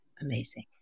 amazing